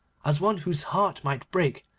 as one whose heart might break,